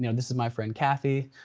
you know this is my friend kathy.